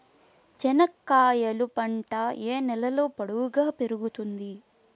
చెనక్కాయలు పంట ఏ నేలలో పొడువుగా పెరుగుతుంది?